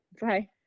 bye